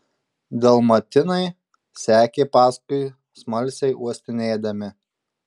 dalmatinai sekė paskui smalsiai uostinėdami